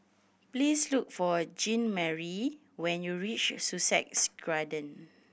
please look for Jeanmarie when you reach Sussex